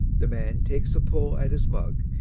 the man takes a pull at his mug,